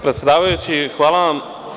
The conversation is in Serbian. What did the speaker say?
Predsedavajući, hvala vam.